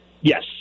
Yes